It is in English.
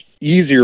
easier